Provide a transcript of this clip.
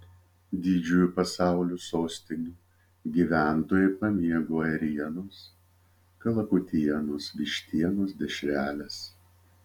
didžiųjų pasaulio sostinių gyventojai pamėgo ėrienos kalakutienos vištienos dešreles